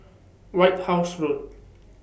White House Road